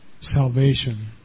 salvation